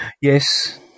yes